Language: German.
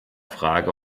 frage